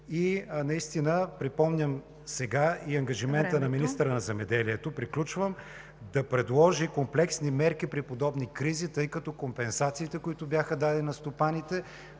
октомври. И припомням сега и ангажимента на министъра на земеделието, храните и горите да предложи комплексни мерки при подобни кризи, тъй като компенсациите, които бяха дадени на стопаните,